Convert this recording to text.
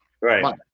Right